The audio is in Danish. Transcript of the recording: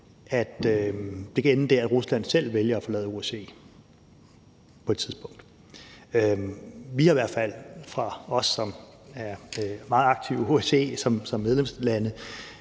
at det kan ende der, hvor Rusland selv vælger at forlade OSCE på et tidspunkt. Vi er i hvert fald i de lande, som er meget aktive i OSCE som medlemslande,